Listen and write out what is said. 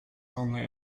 only